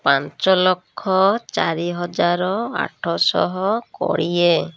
ପାଞ୍ଚ ଲକ୍ଷ ଚାରି ହଜାର ଆଠଶହ କୋଡ଼ିଏ